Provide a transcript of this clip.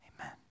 Amen